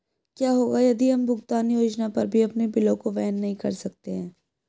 क्या होगा यदि हम भुगतान योजना पर भी अपने बिलों को वहन नहीं कर सकते हैं?